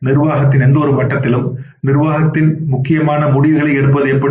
நிர்வாகத்தின் எந்தவொரு மட்டத்திலும் நிர்வாகத்தால் முக்கியமான முடிவுகளை எடுப்பது எப்படி